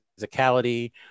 physicality